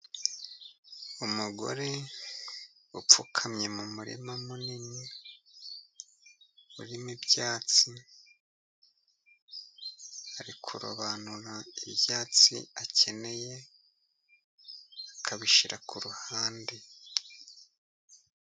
umugore wapfukamye mu murima munini urimo ibyatsi, ari kurobanura ibyatsi , akeneye akabishyira ku ruhande.